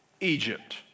Egypt